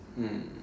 mm